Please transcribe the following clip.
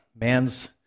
man's